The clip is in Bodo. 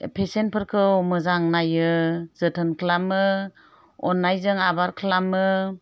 पेसेन्टफोरखौ मोजां नायो जोथोन खालामो अननायजों आबोर खालामो